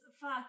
fuck